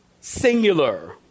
singular